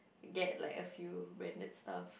get like a few branded stuff